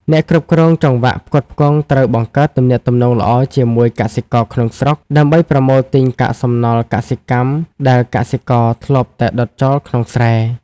អ្នកគ្រប់គ្រងចង្វាក់ផ្គត់ផ្គង់ត្រូវបង្កើតទំនាក់ទំនងល្អជាមួយកសិករក្នុងស្រុក ដើម្បីប្រមូលទិញកាកសំណល់កសិកម្មដែលកសិករធ្លាប់តែដុតចោលក្នុងស្រែ។